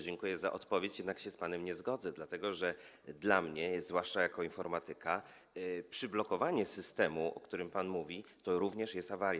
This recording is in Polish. Dziękuję za odpowiedź, jednak się z panem nie zgodzę, dlatego że dla mnie, zwłaszcza jako informatyka, przyblokowanie systemu, o którym pan mówi, to również jest awaria.